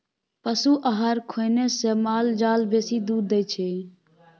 पशु आहार खुएने से माल जाल बेसी दूध दै छै